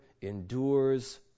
endures